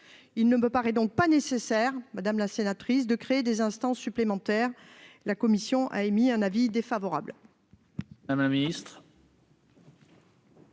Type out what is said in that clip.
Il ne me paraît donc pas nécessaire, ma chère collègue, de créer des instances supplémentaires. La commission a donc émis un avis défavorable